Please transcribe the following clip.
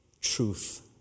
Truth